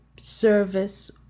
service